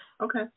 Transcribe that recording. Okay